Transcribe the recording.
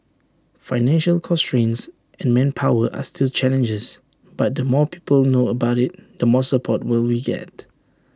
financial constraints and manpower are still challenges but the more people know about IT the more support we will get